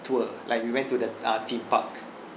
tour like we went to the uh theme park